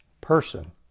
person